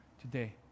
today